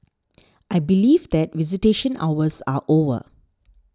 I believe that visitation hours are over